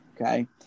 Okay